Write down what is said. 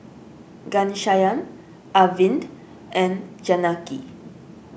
Ghanshyam Arvind and Janaki